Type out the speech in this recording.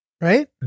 right